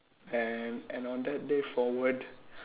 and and on that day forward